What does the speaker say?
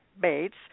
Bates